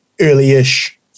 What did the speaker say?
early-ish